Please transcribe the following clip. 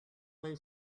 lay